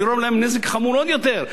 לגרום להם נזק חמור עוד יותר,